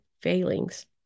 failings